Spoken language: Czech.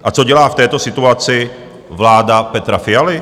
A co dělá v této situaci vláda Petra Fialy?